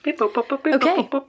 Okay